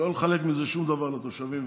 לא לחלק מזה שום דבר לתושבים,